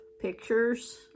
pictures